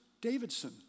Davidson